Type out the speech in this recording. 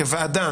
כוועדה,